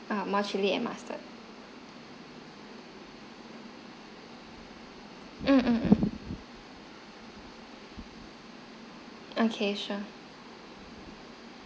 ah more chilli and mustard mm mm mm okay sure